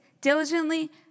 diligently